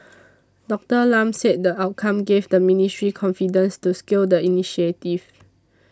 Doctor Lam said the outcomes gave the ministry confidence to scale the initiative